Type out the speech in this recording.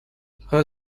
her